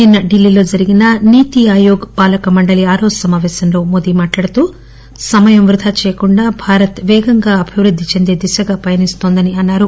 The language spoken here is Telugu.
నిన్న ఢిల్లీలో జరిగిన నీతి ఆయోగ్ పాలక మండలీ ఆరవ సమాపేశంలో మోదీ మాట్లాడుతూ సమయాన్సి వృధా చేయకుండా భారత్ పేగంగా అభివృద్ది చెందే దిశగా పయనిస్తోందని అన్నారు